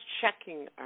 checking